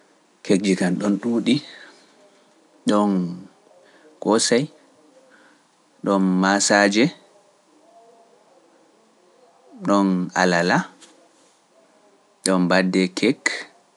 Kekji kam ɗon ɗuuɗi, ɗon koosey, ɗon maasaaje, ɗon alala, ɗon birthday cake